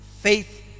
Faith